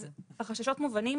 אז החששות מובנים,